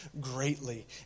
greatly